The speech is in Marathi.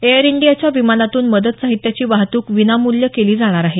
एअर इंडियाच्या विमानातून मदत साहित्याची वाहतूक विनामूल्य केली जाणार आहे